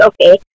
okay